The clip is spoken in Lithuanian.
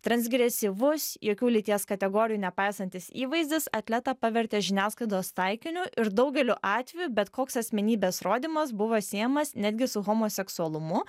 transgresyvus jokių lyties kategorijų nepaisantis įvaizdis atletą pavertė žiniasklaidos taikiniu ir daugeliu atvejų bet koks asmenybės rodymas buvo siejamas netgi su homoseksualumu